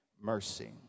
Mercy